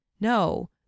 No